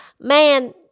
man